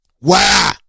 Wow